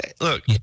Look